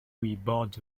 gwybod